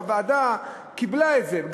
והוועדה קיבלה את זה.